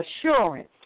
assurance